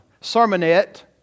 sermonette